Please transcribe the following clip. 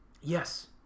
Yes